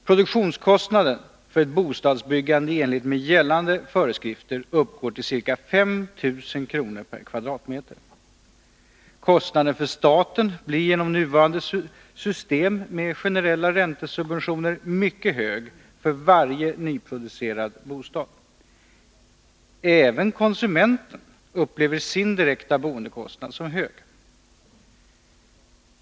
Produktionskostnaden för ett bostadsbyggande i enlighet med gällande föreskrifter uppgår till ca 5 000 kr. per kvadratmeter. Kostnaden för staten blir genom nuvarande system med generella räntesubventioner mycket hög för varje nyproducerad bostad. Även konsumenten upplever sin direkta boendekostnad som hög.